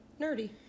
nerdy